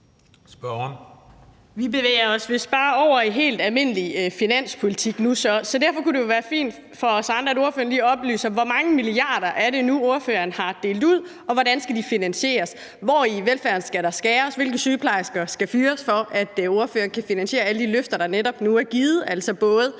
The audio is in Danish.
Nu bevæger vi os vist bare over i helt almindelig finanspolitik, så derfor kunne det jo være fint for os andre, hvis ordføreren lige oplyste, hvor mange milliarder det nu er, ordføreren har delt ud, og hvordan de skal finansieres. Hvor i velfærden skal der skæres? Hvilke sygeplejersker skal fyres, for at ordføreren kan finansiere alle de løfter, der netop nu er givet,